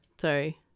Sorry